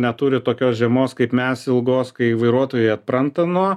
neturi tokios žiemos kaip mes ilgos kai vairuotojai atpranta nuo